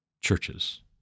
churches